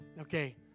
Okay